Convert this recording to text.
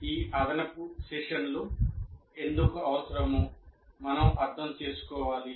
ఈ అదనపు సెషన్లు ఎందుకు అవసరమో మనం అర్థం చేసుకోవాలి